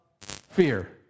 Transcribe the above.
fear